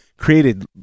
created